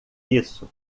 isso